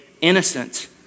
innocent